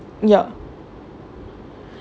the thing about this is right